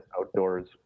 outdoors